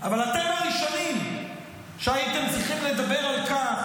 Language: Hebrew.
אבל אתם הראשונים שהייתם צריכים לדבר על כך